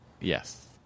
Yes